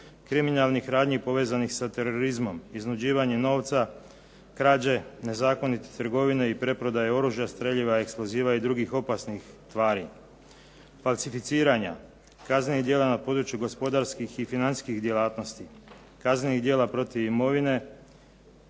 kriminalnih radnji povezanih sa terorizmom, iznuđivanje novca, krađe, nezakonite trgovine i preprodaje oružja, streljiva, eksploziva i drugih opasnih tvari, falsificiranja, kaznenih djela na području gospodarskih i financijskih djelatnosti, kaznenih djela protiv imovine